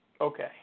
Okay